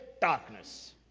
darkness